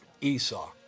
Esau